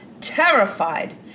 terrified